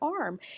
arm